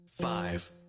five